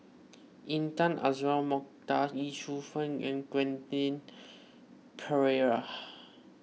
Intan Azura Mokhtar Lee Shu Fen and Quentin Pereira